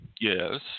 yes